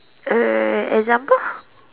err example